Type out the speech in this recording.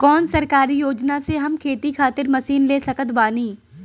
कौन सरकारी योजना से हम खेती खातिर मशीन ले सकत बानी?